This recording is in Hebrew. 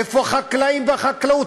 איפה החקלאים והחקלאות?